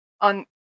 on